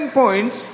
points